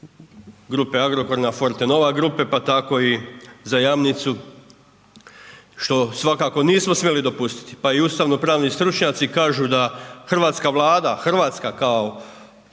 grupe Agrokor na Forte nova grupe pa tako i za Jamnicu što svakako nismo smjeli dopustiti pa i ustavno pravni stručnjaci kažu da hrvatska Vlada, Hrvatska kao